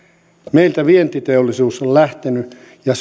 meiltä vientiteollisuus on lähtenyt ja